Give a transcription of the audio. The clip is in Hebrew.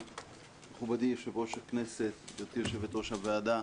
מכובדי יו"ר הכנסת, גבירתי יו"ר הוועדה.